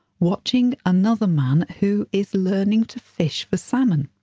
watching another man who is learning to fish for salmon.